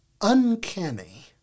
uncanny